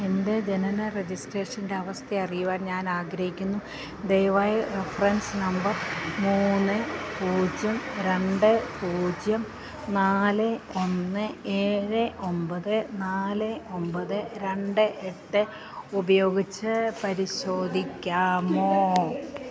എൻ്റെ ജനന രജിസ്ട്രേഷൻ്റെ അവസ്ഥയറിയുവാൻ ഞാനാഗ്രഹിക്കുന്നു ദയവായി റഫറൻസ് നമ്പർ മൂന്ന് പൂജ്യം രണ്ട് പൂജ്യം നാല് ഒന്ന് ഏഴ് ഒമ്പത് നാല് ഒമ്പത് രണ്ട് എട്ട് ഉപയോഗിച്ച് പരിശോധിക്കാമോ